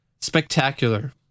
spectacular